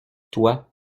toi